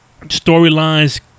storylines